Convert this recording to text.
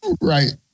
Right